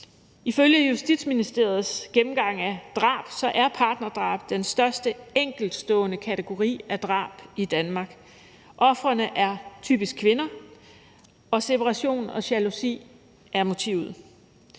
Ifølge Justitsministeriets gennemgang af drab er partnerdrab den største enkeltstående kategori af drab i Danmark. Ofrene er typisk kvinder, og separation og jalousi er motivet.